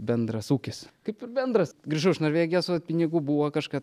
bendras ūkis kaip ir bendras grįžau iš norvegijos va pinigų buvo kažką